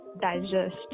digest